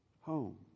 home